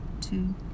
two